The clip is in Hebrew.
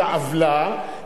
את העוולה,